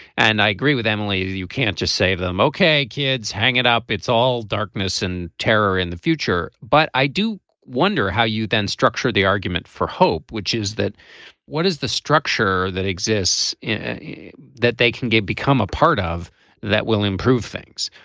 and i agree with emily. you can't just save them. okay kids hang it up it's all darkness and terror in the future. but i do wonder how you then structure the argument for hope which is that what is the structure that exists in that they can get become a part of that will improve things.